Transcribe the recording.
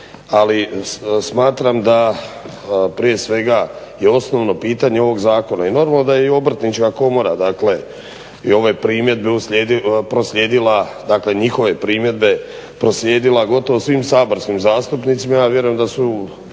Smatram da je prije svega osnovno pitanje ovog zakona i normalno da i Obrtnička komora i ove primjedbe proslijedila dakle njihove primjedbe proslijedila gotovo svim saborskim zastupnicima